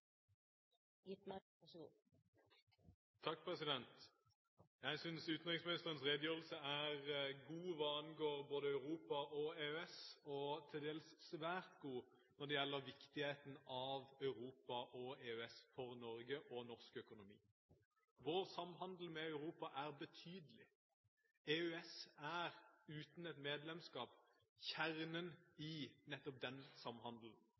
EØS, og til dels svært god når det gjelder viktigheten av Europa og EØS for Norge og norsk økonomi. Vår samhandel med Europa er betydelig. EØS er – uten et medlemskap – kjernen i nettopp den samhandelen.